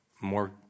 more